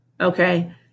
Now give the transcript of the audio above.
Okay